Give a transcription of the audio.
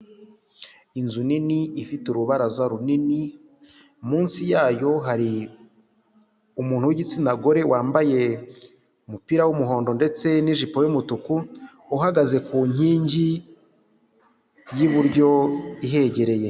Inzu nini ifite urubaraza runini, munsi yayo hari umuntu w'igitsina gore wambaye umupira w'umuhondo ndetse n'ijipo y'umutuku uhagaze ku nkingi y'iburyo ihegereye.